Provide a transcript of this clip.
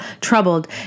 troubled